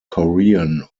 korean